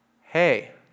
hey